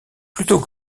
plutôt